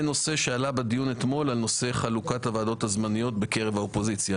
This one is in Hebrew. נושא שעלה בדיון אתמול על נושא חלוקת הוועדות הזמניות בקרב האופוזיציה.